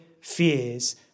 fears